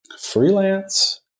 Freelance